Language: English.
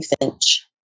Finch